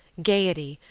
gaiety,